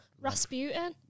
Rasputin